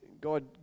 God